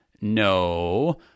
No